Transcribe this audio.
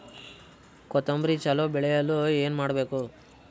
ಕೊತೊಂಬ್ರಿ ಚಲೋ ಬೆಳೆಯಲು ಏನ್ ಮಾಡ್ಬೇಕು?